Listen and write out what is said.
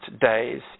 days